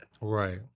Right